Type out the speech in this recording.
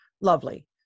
lovely